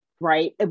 right